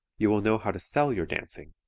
you will know how to sell your dancing.